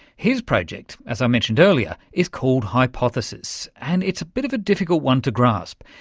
his project, as i mentioned earlier, is called hypothesis, and it's a bit of a difficult one to grasp.